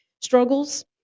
struggles